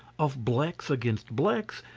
of blacks against blacks,